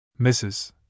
Mrs